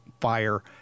fire